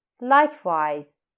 Likewise